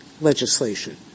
legislation